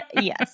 yes